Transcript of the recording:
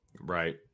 right